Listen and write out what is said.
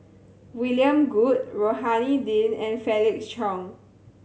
William Goode Rohani Din and Felix Cheong